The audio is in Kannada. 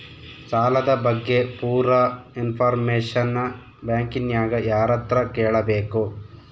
ಸಾಲದ ಬಗ್ಗೆ ಪೂರ ಇಂಫಾರ್ಮೇಷನ ಬ್ಯಾಂಕಿನ್ಯಾಗ ಯಾರತ್ರ ಕೇಳಬೇಕು?